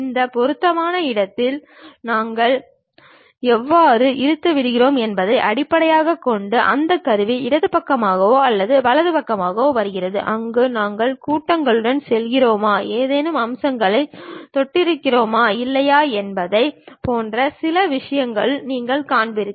இந்த பொருத்தமான இடத்தில் நாங்கள் எவ்வாறு இழுத்து விடுகிறோம் என்பதை அடிப்படையாகக் கொண்டு அந்த கருவி இடது பக்கமாகவோ அல்லது வலது பக்கமாகவோ வருகிறது அங்கு நாங்கள் கூட்டங்களுடன் செல்கிறோமா ஏதேனும் அம்சங்களைத் தொட்டிருக்கிறோமா இல்லையா என்பது போன்ற சில விஷயங்களை நீங்கள் காண்பீர்கள்